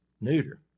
neuter